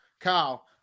Kyle